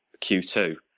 Q2